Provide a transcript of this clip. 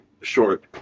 short